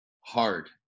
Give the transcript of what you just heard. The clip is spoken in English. hard